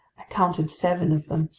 i counted seven of them.